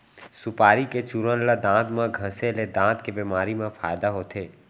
सुपारी के चूरन ल दांत म घँसे ले दांत के बेमारी म फायदा होथे